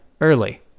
early